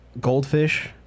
goldfish